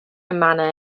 manor